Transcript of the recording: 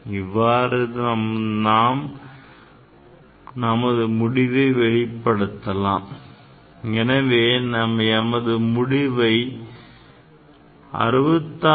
இவ்வாறு நாம் நமது முடிவை வெளிப்படுத்தலாம் எனவே நமது முடிவை 66